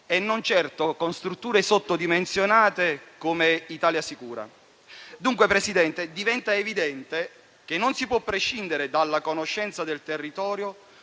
e non certo con strutture sottodimensionate come "Italia sicura". Dunque, Presidente, diventa evidente che non si può prescindere dalla conoscenza del territorio